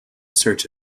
search